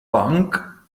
bank